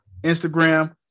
instagram